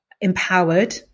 empowered